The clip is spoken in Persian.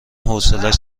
حوصلش